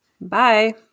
Bye